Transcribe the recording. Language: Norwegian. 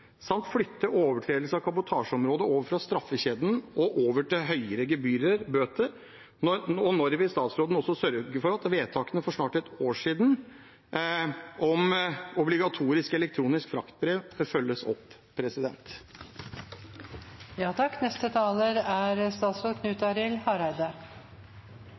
samt flytte overtredelser på kabotasjeområdet fra straffekjeden og over på høyere gebyrer/bøter? Og: Når vil statsråden sørge for at vedtakene for snart et år siden om obligatorisk elektronisk fraktbrev følges opp?